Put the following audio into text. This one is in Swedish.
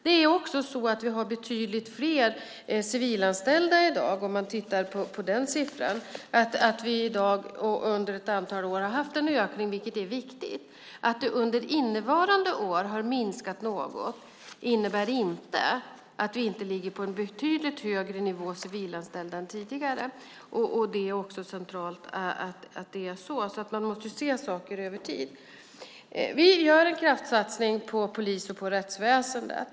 Vi har också betydligt fler civilanställda i dag, och vi har haft en ökning under ett antal år, vilket är viktigt. Att det under innevarande år har minskat något innebär inte att vi inte ligger på en betydligt högre nivå civilanställda än tidigare. Det är centralt. Man måste se saker över tid. Vi gör en kraftsatsning på polis och rättsväsen.